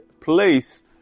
place